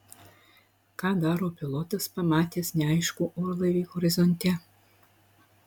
ką daro pilotas pamatęs neaiškų orlaivį horizonte